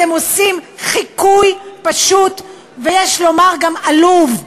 אתם עושים חיקוי פשוט, ויש לומר גם עלוב,